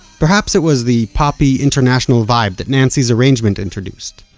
perhaps it was the pop-y international vibe that nancy's arrangement introduced.